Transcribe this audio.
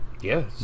Yes